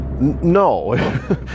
no